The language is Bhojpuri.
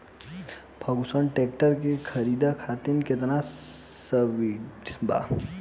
फर्गुसन ट्रैक्टर के खरीद करे खातिर केतना सब्सिडी बा?